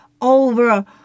over